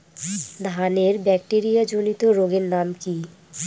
ধানের ব্যাকটেরিয়া জনিত রোগের নাম কি?